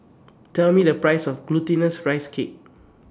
Tell Me The Price of Glutinous Rice Cake